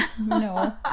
No